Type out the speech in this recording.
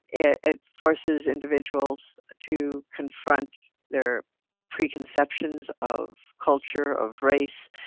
it it forces individuals to confront their preconceptions of culture of race